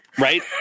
Right